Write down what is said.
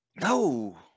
No